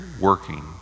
working